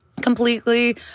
completely